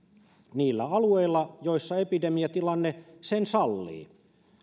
niillä alueilla joissa epidemiatilanne sen sallii